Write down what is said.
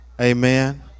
amen